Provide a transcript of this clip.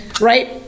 right